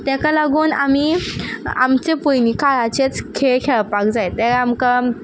ताका लागून आमी आमचे पयलीं काळाचेच खेळ खेळपाक जाय ते आमकां